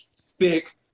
thick